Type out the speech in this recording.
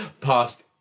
past